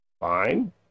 fine